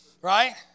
right